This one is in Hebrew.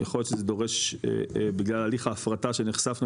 יכול להיות שזה דורש בגלל הליך ההפרטה שנחשפנו